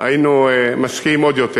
היינו משקיעים עוד יותר.